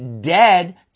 dead